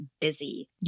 busy